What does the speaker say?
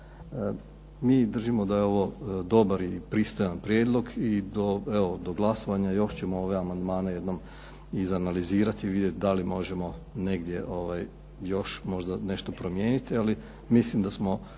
Mi držimo da je ovo dobar i pristojan prijedlog i evo do glasovanja još ćemo ove amandmane jednom izanalizirati i vidjeti da li još možemo negdje nešto promijeniti. Ali mislim da smo